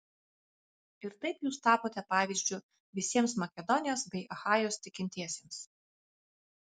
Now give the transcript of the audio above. ir taip jūs tapote pavyzdžiu visiems makedonijos bei achajos tikintiesiems